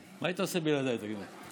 מה היית עושה בלעדי, תגיד לי?